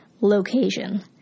location